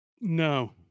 No